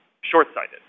short-sighted